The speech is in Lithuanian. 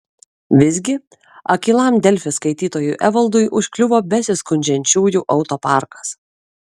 visgi akylam delfi skaitytojui evaldui užkliuvo besiskundžiančiųjų autoparkas